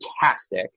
fantastic